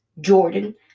Jordan